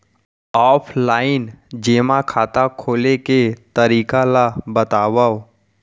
Offline जेमा खाता खोले के तरीका ल बतावव?